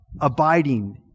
abiding